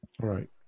Right